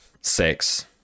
six